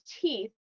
teeth